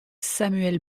samuel